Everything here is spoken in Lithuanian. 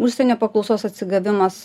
užsienio paklausos atsigavimas